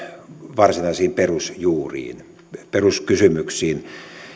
varsinaisiin perusjuuriin peruskysymyksiin